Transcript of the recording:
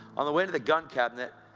on the way to the gun cabinet,